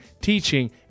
teaching